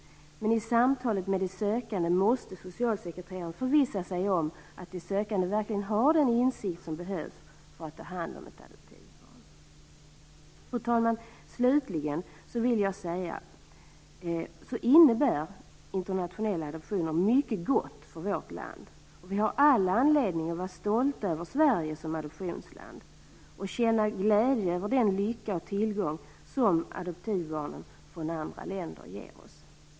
Men i samtalet med de sökande måste socialsekreteraren förvissa sig om att de sökande verkligen har den insikt som behövs för att ta hand om ett adoptivbarn. Fru talman! Slutligen vill jag säga att internationella adoptioner innebär mycket gott för vårt land. Vi har all anledning att vara stolta över Sverige som adoptionsland och känna glädje över den lycka och tillgång som adoptivbarn från andra länder ger oss.